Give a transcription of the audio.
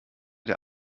der